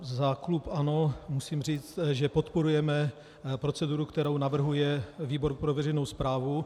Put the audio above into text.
Za klub ANO musím říct, že podporujeme proceduru, kterou navrhuje výbor pro veřejnou správu.